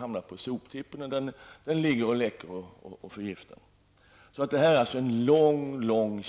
hamnar på soptippen där den ligger och läcker och förgiftar, om den inte kan återanvändas på något sätt.